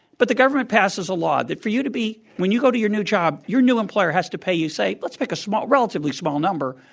but the government passes a law that for you to be when you go to your new job, your new employer has to pay you, say let's pick a small relatively small number,